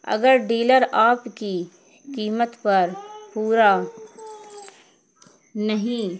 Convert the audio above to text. اگر ڈیلر آپ کی قیمت پر پورا نہیں